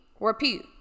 Repeat